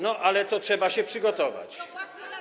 No, ale to trzeba się przygotować.